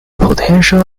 potential